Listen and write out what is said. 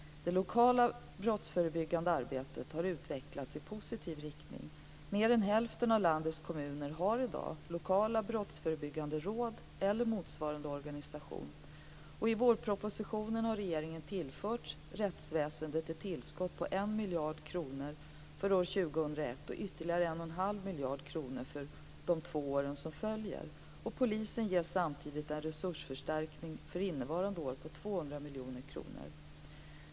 Det lokala brottsförebyggande arbetet har utvecklats i positiv riktning. Mer än hälften av landets kommuner har i dag lokala brottsförebyggande råd eller motsvarande organisation. I vårpropositionen har regeringen tillfört rättsväsendet ett tillskott på 1 miljard kronor för år 2001 och ytterligare ca 1,5 miljarder kronor för vardera åren 2002 och 2003. Polisen ges samtidigt en resursförstärkning för innevarande år på 200 miljoner kronor.